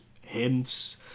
hints